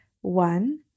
one